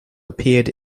appeared